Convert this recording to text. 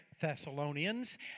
Thessalonians